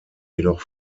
jedoch